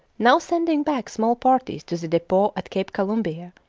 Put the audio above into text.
now sending back small parties to the depot at cape columbia,